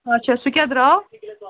اَچھا سُہ کیٛاہ درٛاو